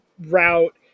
route